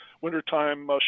wintertime